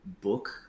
book